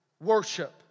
worship